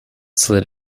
slid